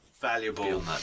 valuable